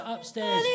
Upstairs